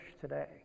today